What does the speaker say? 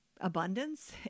abundance